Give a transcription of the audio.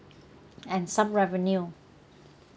and some revenue